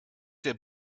der